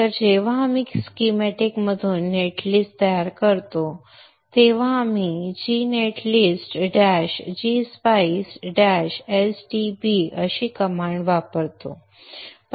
तर जेव्हा आपण स्कीमॅटिकमधून नेट लिस्ट तयार करतो तेव्हा आपण g net list dash g spice dash s d b अशी कमांड वापरतो